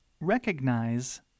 recognize